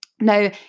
Now